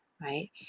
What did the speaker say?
right